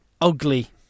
ugly